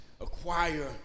acquire